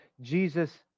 Jesus